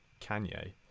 Kanye